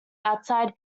outside